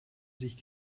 sich